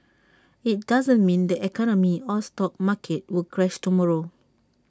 IT doesn't mean the economy or stock market will crash tomorrow